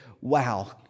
wow